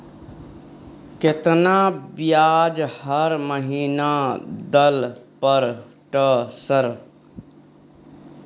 केतना ब्याज हर महीना दल पर ट सर?